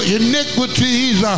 iniquities